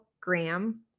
graham